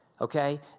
Okay